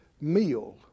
meal